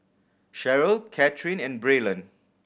Cheryle Kathryn and Braylon